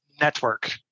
network